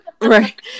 right